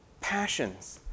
passions